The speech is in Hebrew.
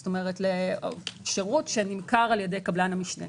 זאת אומרת, שירות שנמכר על ידי קבלן המשנה.